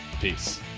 Peace